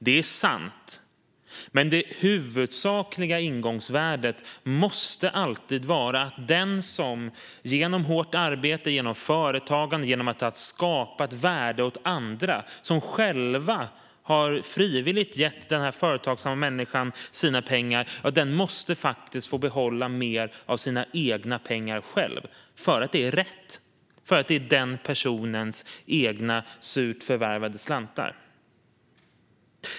Det är sant, men det huvudsakliga ingångsvärdet måste alltid vara att den som genom hårt arbete, genom företagande och genom att skapa ett värde åt andra som själva frivilligt har gett den företagsamma människan sina pengar faktiskt måste få behålla mer av sina egna pengar själv, därför att det är rätt och därför att det är den personens egna surt förvärvade slantar.